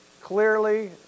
clearly